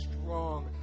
strong